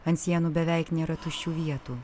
ant sienų beveik nėra tuščių vietų